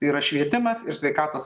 tai yra švietimas ir sveikatos